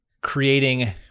creating